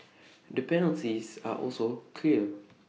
the penalties are also clear